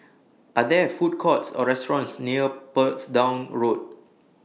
Are There Food Courts Or restaurants near Portsdown Road